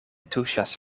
tuŝas